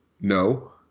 No